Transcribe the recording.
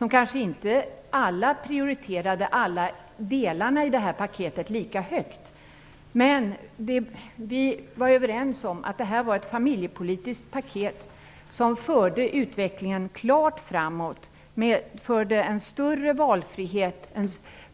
Alla kanske inte prioriterade alla delar i paketet lika högt, men vi var överens om att detta var ett familjepolitiskt paket som förde utvecklingen klart framåt och medförde en större valfrihet